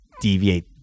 deviate